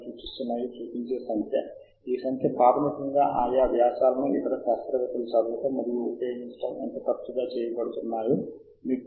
ఇది ముఖ్యమైనది ఎందుకంటే అన్ని అత్యంత రిఫ్రీడ్ ప్రచురణలు ఏమిటో మీరు తెలుసుకోవాలనుకోవచ్చు ఈ ప్రాంతం ఈ ప్రత్యేక పరిశోధనా ప్రాంతంలో సైటేషన్ క్లాసిక్స్ అని పిలవబడేవి ఏమిటి